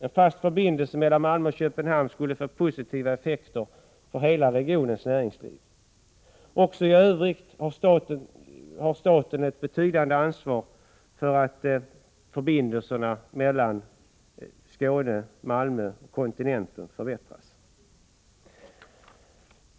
En fast förbindelse mellan Malmö och Köpenhamn skulle få positiva effekter för hela regionens näringsliv. Också i övrigt har staten ett betydande ansvar för att förbindelserna mellan Skåne, Malmö, och kontinenten förbättras.